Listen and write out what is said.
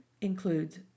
includes